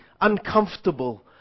uncomfortable